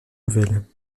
nouvelles